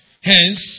Hence